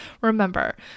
Remember